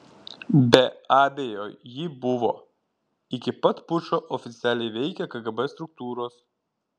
be abejo ji buvo iki pat pučo oficialiai veikė kgb struktūros